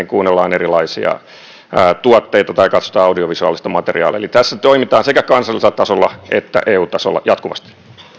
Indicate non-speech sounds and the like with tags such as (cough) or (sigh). (unintelligible) kuunnellaan erilaisia tuotteita tai katsotaan audiovisuaalista materiaalia mikä nykyään on hyvin yleistä eli tässä toimitaan sekä kansallisella tasolla että eu tasolla jatkuvasti